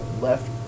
left